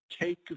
take